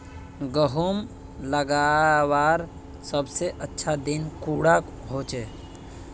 गहुम लगवार सबसे अच्छा दिन कुंडा होचे?